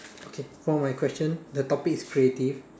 okay for my question the topic is creative